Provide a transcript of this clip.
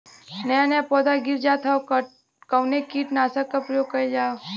नया नया पौधा गिर जात हव कवने कीट नाशक क प्रयोग कइल जाव?